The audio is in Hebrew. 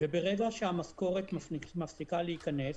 וברגע שהמשכורת מפסיקה להכנס,